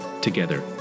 together